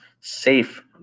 safe